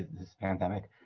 pandemic.